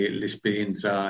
l'esperienza